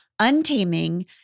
untaming